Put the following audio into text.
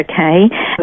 okay